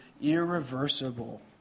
irreversible